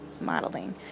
modeling